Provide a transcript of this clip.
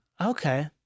Okay